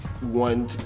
One